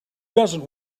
doesn’t